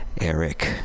Eric